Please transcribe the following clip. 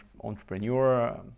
entrepreneur